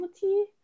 tea